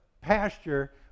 pasture